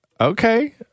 okay